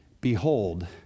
Behold